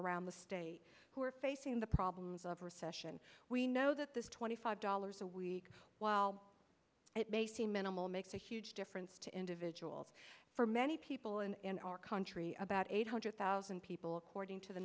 around the state who are facing the problems of recession we know that this twenty five dollars a week while it may seem minimal makes a huge difference to individuals for many people and in our country about eight hundred thousand people according to the